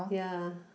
ya